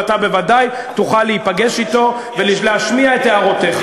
ואתה בוודאי תוכל להיפגש אתו ולהשמיע את הערותיך.